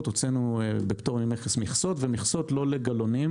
הוצאנו בפטור ממכס מכסות ומכסות לא לגלונים,